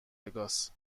وگاس